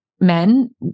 men